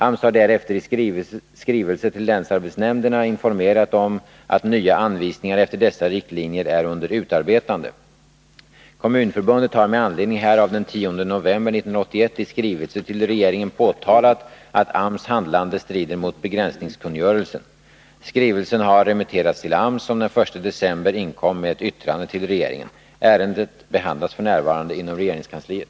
AMS har därefter i skrivelse till länsarbetsnämnderna informerat om att nya anvisningar efter dessa riktlinjer är under utarbetande. Kommunförbundet har med anledning härav den 10 november 1981 i skrivelse till regeringen påtalat att AMS handlande strider mot begränsningskungörelsen. Skrivelsen har remitterats till AMS, som den 1 december inkom med ett yttrande till regeringen. Ärendet behandlas f. n. inom regeringskansliet.